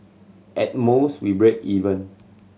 at most we break even